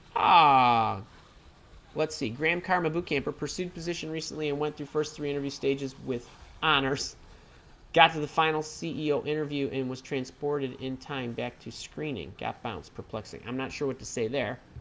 ah let's see gram karma boot camp or pursuit position recently and went through first three interview stages with honors got to the final ceo interview and was transported in time back to screening gap bounce perplexing i'm not sure what to say there